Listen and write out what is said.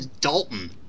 Dalton